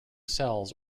cells